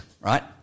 right